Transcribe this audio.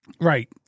Right